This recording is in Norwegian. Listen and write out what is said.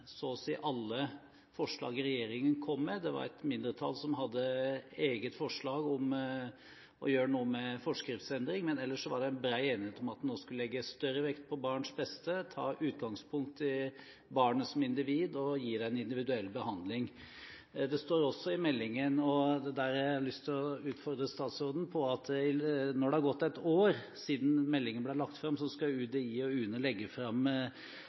så å si alle forslag regjeringen kom med. Det var et mindretall som hadde et eget forslag om å gjøre noe med forskriftsendring, men ellers var det en bred enighet om at en nå skulle legge større vekt på barns beste, ta utgangspunkt i barnet som individ og gi det en individuell behandling. Det står også i meldingen – og det har jeg lyst til å utfordre statsråden på – at når det har gått et år siden meldingen ble lagt fram, skal UDI og UNE